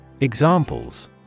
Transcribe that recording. Examples